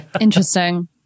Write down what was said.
Interesting